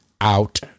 out